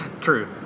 true